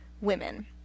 women